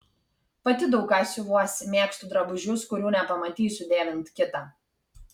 pati daug ką siuvuosi mėgstu drabužius kurių nepamatysiu dėvint kitą